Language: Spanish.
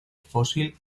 fósil